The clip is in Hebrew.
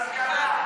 כלכלה.